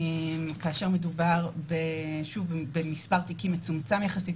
כאשר מדובר שוב במספר תיקים מצומצם יחסית,